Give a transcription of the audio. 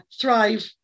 thrive